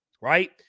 Right